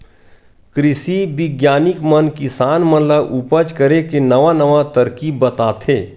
कृषि बिग्यानिक मन किसान मन ल उपज करे के नवा नवा तरकीब बताथे